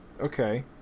Okay